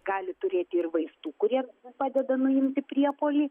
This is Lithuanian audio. gali turėti ir vaistų kurie padeda nuimti priepuolį